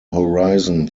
horizon